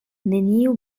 neniu